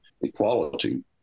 equality